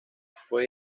fue